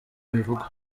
bivugwa